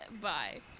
bye